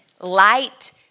Light